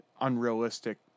unrealistic